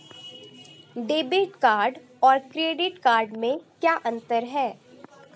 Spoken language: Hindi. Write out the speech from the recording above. डेबिट कार्ड और क्रेडिट कार्ड में क्या अंतर है?